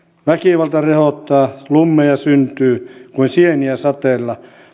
väkivalta rehottaa slummeja syntyy kuin sieniä sateella